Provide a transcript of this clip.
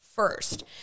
First